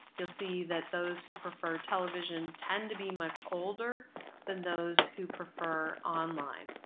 you'll see that those who prefer television tend to be much older than those who prefer online.